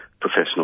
Professional